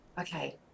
okay